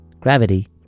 gravity